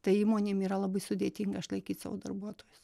tai įmonėm yra labai sudėtinga išlaikyt savo darbuotojus